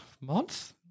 month